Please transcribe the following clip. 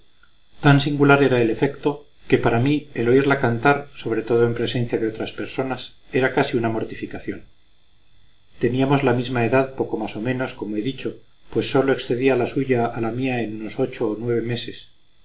tan singular era el efecto que para mí el oírla cantar sobre todo en presencia de otras personas era casi una mortificación teníamos la misma edad poco más o menos como he dicho pues sólo excedía la suya a la mía en unos ocho o nueve meses